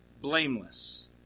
blameless